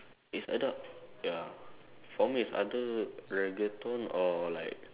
it's either ya for me it's either Reggaeton or like